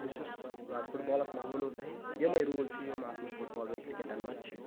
بہٕ چھُس زیادٕ فُٹ بالَس مےٚ ونوٕ تۄہہِ یِمے روٗل چھِ یِم اَتھ مَنٛز فُٹ بال بیٚیہِ کرکَٹَن مَنٛز چھِ